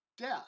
death